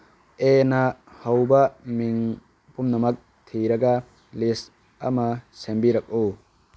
ꯑꯦꯅ ꯍꯧꯕ ꯃꯤꯡ ꯄꯨꯝꯅꯃꯛ ꯊꯤꯔꯒ ꯂꯤꯁ ꯑꯃ ꯁꯦꯝꯕꯤꯔꯛꯎ